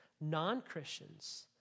non-Christians